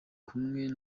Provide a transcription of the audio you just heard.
kumwe